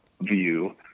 view